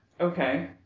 Okay